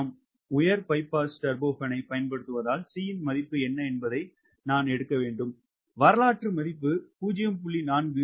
நாம் உயர் பைபாஸ் டர்போபானைப் பயன்படுத்துவதால் C இன் மதிப்பு என்ன என்பதை நான் எடுக்க வேண்டும் வரலாற்று மதிப்பு 0